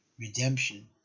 redemption